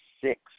six